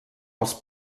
els